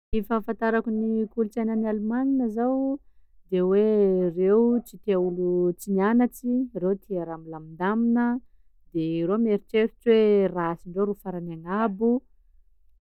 Ny fahafantarako ny kolontsaina any Alemana zao de hoe reo tsy tia olo tsy nianatsy reo tia raha milamindamina, de reo mieritseritsy hoe race-ndreo ro farany agnabo.